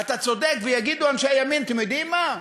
ואתה צודק, ויגידו אנשי הימין: אתם יודעים מה,